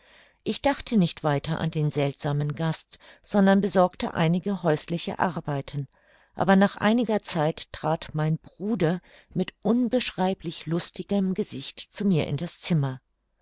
ich dachte nicht weiter an den seltsamen gast sondern besorgte einige häusliche arbeiten aber nach einiger zeit trat mein bruder mit unbeschreiblich lustigem gesicht zu mir in das zimmer